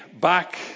back